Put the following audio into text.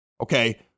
Okay